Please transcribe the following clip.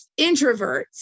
introverts